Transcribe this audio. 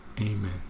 Amen